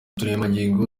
turemangingo